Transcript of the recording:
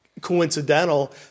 Coincidental